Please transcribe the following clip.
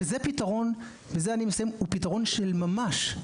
וזה פתרון וזה הוא פתרון של ממש,